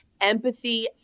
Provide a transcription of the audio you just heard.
empathy